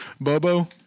Bobo